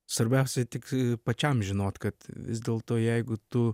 svarbiausia tik pačiam žinot kad vis dėlto jeigu tu